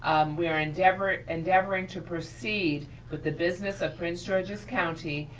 we are endeavoring endeavoring to proceed with the business of prince george's county,